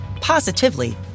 positively